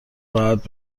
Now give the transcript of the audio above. راحت